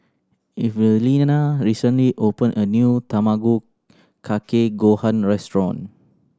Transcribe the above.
Evelena recently opened a new Tamago Kake Gohan restaurant